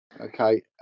Okay